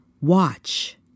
Watch